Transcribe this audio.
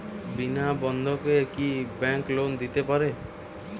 বিনা বন্ধকে কি bank loan দিতে পারে?